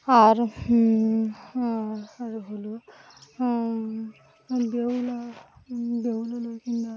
আর আর হলো বেহুলা কিংবা